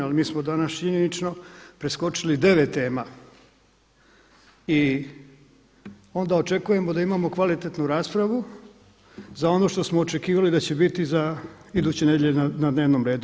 Ali mi smo danas činjenično preskočili 9 tema i onda očekujemo da imamo kvalitetnu raspravu za ono što smo očekivali da će biti iduće nedjelje na dnevnom redu.